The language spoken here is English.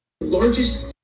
largest